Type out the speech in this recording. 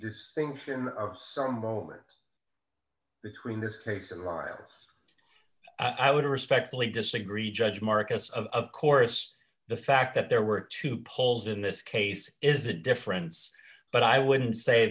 distinction of some moment between this case and lyle i would respectfully disagree judge marcus of course the fact that there were two poles in this case is a difference but i would say